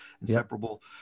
inseparable